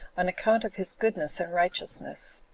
on account of his goodness and righteousness.